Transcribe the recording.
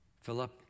Philip